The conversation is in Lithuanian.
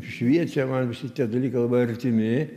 šviečia man šitie dalykai labai artimi